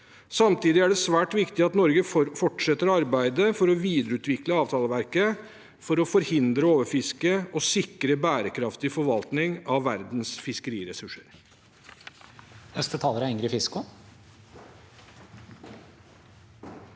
Samtidig er det svært viktig at Norge fortsetter å arbeide for å videreutvikle avtaleverket for å forhindre overfiske og sikre bærekraftig forvaltning av verdens fiskeriressurser.